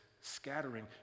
scattering